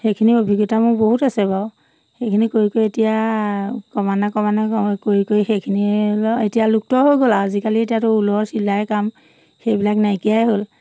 সেইখিনি অভিজ্ঞতা মোৰ বহুত আছে বাৰু সেইখিনি কৰি কৰি এতিয়া ক্ৰমান্নয়ে ক্ৰমান্নয়ে কৰি কৰি সেইখিনি এতিয়া লুপ্ত হৈ গ'ল আজিকালি এতিয়াতো ঊলৰ চিলাই কাম সেইবিলাক নাইকিয়াই হ'ল